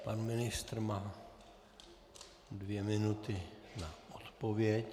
Pan ministr má dvě minuty na odpověď.